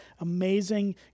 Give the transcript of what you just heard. amazing